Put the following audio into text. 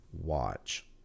Watch